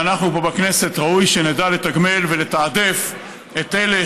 ואנחנו פה בכנסת ראוי שנדע לתגמל ולתעדף את אלה